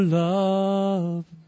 love